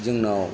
जोंनाव